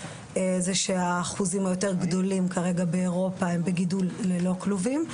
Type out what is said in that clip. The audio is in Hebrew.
היא שאחוזים יותר גדולים הם בגידול ללא כלובים.